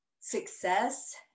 success